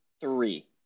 three